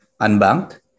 unbanked